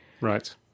Right